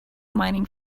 mining